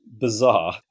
bizarre